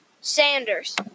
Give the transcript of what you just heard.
Sanders